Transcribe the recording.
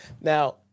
Now